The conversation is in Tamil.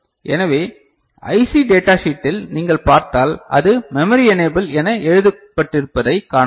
எனவே ஐசி டேட்டா ஷீட்டில் நீங்கள் பார்த்தால் அது மெமரி எனேபில் என எழுதப்பட்டிருப்பதைக் காணலாம்